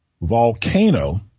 volcano